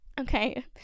okay